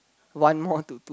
one more to two